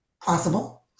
possible